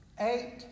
Eight